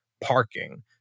parking